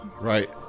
Right